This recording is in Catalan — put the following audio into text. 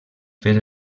fer